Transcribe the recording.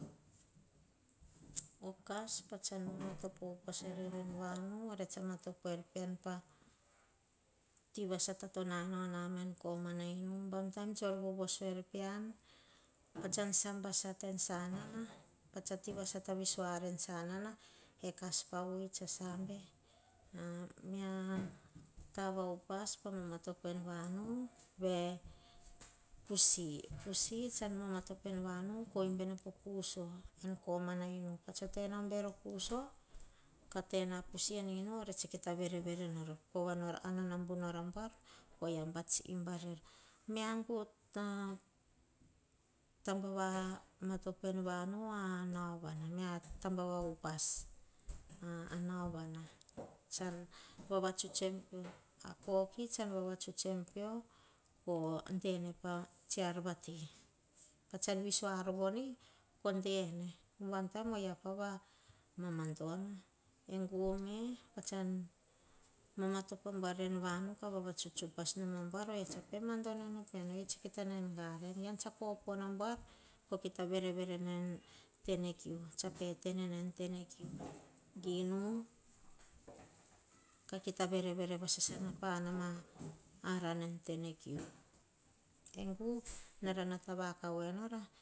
Okas patsan vamatopo upas en vanu, ma topo er pean ha pati sata to nana nama koma na inu. Ubam bon tsor vovoso er pean pa san sambe asata en sanana. Pa tsa ti sata viso ar va sata. Kas pa vor sah sambe mia tamba va upas pa mamatop e-e pusi, pusi sahan mama topo en vanu koh imbene pakuse en komana inu. Oria tsa kita vere vere nor, anana bu nor a buar. Poria pat tete no kah imbi arior, mia taba va upas va naovana miatamba via upas, a nau vana. Vavatuts em peo, koh de-ene pa tsiar vati pasan viso ar vati koh de enene ubam bon. O ia vamadono, e gume pasan mama topo abuar en vanu. Kah vavatuts nom abuar, o hia sah pema do-ono pean. Ohia a kita nau en tene kiu, ean sah kopono abuar. Koh kira vere verena en tenakiu pe te ene na en vanu. Kah kita verevere vasana pah an ama ara tene kiu egu nara nata vakau enora.